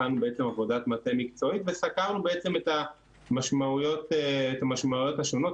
הכנו עבודת מטה מקצועית וסקרנו את המשמעויות השונות,